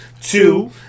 Two